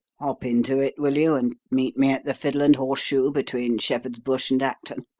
hop into it, will you, and meet me at the fiddle and horseshoe, between shepherd's bush and acton?